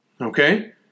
Okay